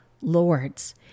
lords